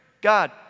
God